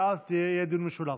ואז יהיה דיון משולב.